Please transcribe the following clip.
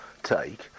take